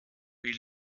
wie